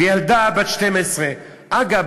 וילדה בת 12. אגב,